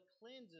cleanses